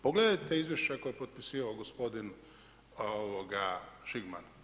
Pogledajte izvješća koje je potpisivao gospodin Žigman.